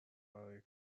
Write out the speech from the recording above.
برای